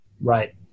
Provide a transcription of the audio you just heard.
Right